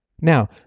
Now